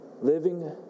living